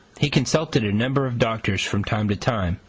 he consulted a number of doctors from time to time,